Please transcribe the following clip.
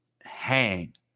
hang